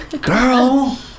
Girl